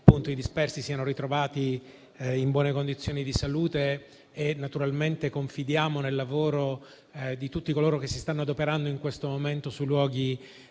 i dispersi siano ritrovati in buone condizioni di salute e confidiamo nel lavoro di tutti coloro che si stanno adoperando in questo momento sui luoghi